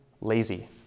lazy